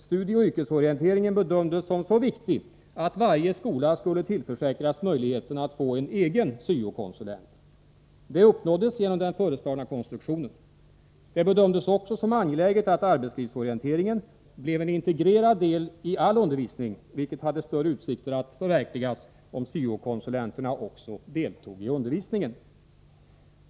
Studieoch yrkesorienteringen bedömdes som så viktig att varje skola skulle tillförsäkras möjligheten att få en ”egen” syo-konsulent. Detta uppnåddes genom den föreslagna konstruktionen. Det bedömdes också som angeläget att arbetslivsorienteringen blev en integrerad del i all undervisning, vilket hade större utsikter att förverkligas om syo-konsulenterna också deltog i undervisningen.